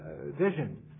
vision